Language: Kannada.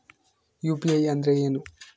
ಯು.ಪಿ.ಐ ಅಂದ್ರೆ ಏನು?